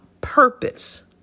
purpose